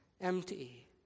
empty